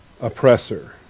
oppressor